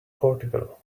portugal